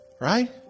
Right